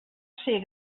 ser